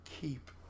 keep